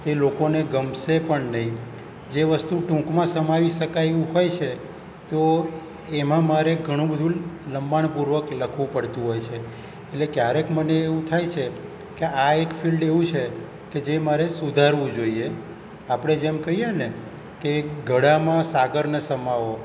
તે લોકોને ગમશે પણ નહીં જે વસ્તુ ટૂંકમાં સમાવી શકાય એવું હોય છે તો એમાં મારે ઘણું બધુ લંબાણપૂર્વક લખવું પડતું હોય છે એટલે ક્યારેક મને એવું થાય છે કે આ એક ફિલ્ડ એવું છે કે જે મારે સુધારવું જોઈએ આપણે જેમ કહીએ ને કે ઘડામાં સાગરને સમાવવો